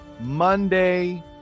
Monday